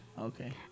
Okay